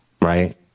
Right